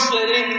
City